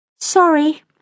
Sorry